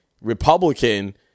Republican